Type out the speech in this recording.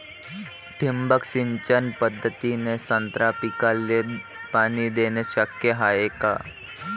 ठिबक सिंचन पद्धतीने संत्रा पिकाले पाणी देणे शक्य हाये का?